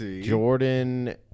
Jordan